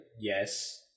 yes